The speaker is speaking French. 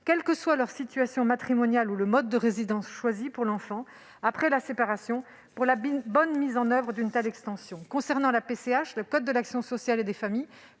quels que soient leur situation matrimoniale ou le mode de résidence choisi pour l'enfant après la séparation, pour la bonne mise en oeuvre d'une telle extension. En ce qui concerne la PCH, le code de l'action sociale et des familles